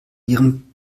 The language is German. ihren